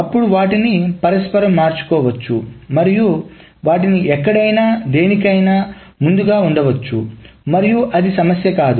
అప్పుడు వాటిని పరస్పరం మార్చుకోవచ్చు మరియు వాటిని ఎక్కడైనా దేనికైనా నా ముందుగా ఉంచవచ్చు మరియు అది సమస్య కాదు